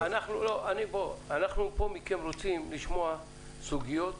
אנחנו רוצים לשמוע מכם סוגיות